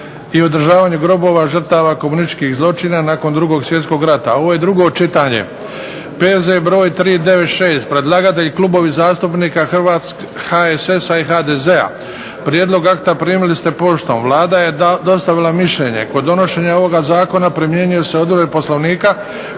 i održavanju grobova žrtava komunističkih zločina nakon Drugog svjetskog rata, drugo čitanje, P.Z. br. 396 Predlagatelj: Klubovi zastupnika HDZ-a i HSS-a Prijedlog akta primili ste poštom. Vlada je dostavila mišljenje. Kod donošenja ovoga zakona primjenjuju se odredbe Poslovnika